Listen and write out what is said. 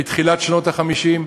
בתחילת שנות ה-50,